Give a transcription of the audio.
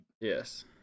yes